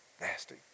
Nasty